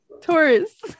Taurus